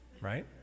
Right